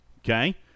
Okay